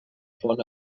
font